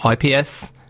IPS